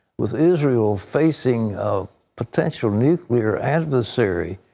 with israel facing potential nuclear adversary,